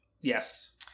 Yes